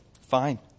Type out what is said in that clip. Fine